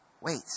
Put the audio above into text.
Wait